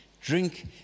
Drink